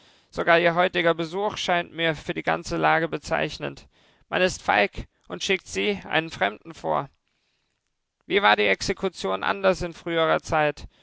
sogar ihr heutiger besuch scheint mir für die ganze lage bezeichnend man ist feig und schickt sie einen fremden vor wie war die exekution anders in früherer zeit